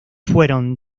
fueron